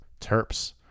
terps